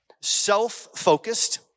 self-focused